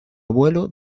abuelo